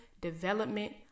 development